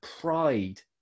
pride